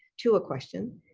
to a question.